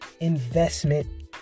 investment